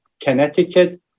Connecticut